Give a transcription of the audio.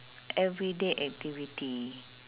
everyday activity